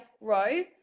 row